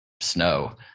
snow